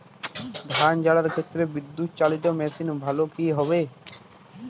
ধান ঝারার ক্ষেত্রে বিদুৎচালীত মেশিন ভালো কি হবে?